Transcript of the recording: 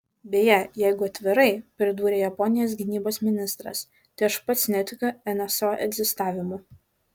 beje jeigu atvirai pridūrė japonijos gynybos ministras tai aš pats netikiu nso egzistavimu